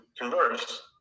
converse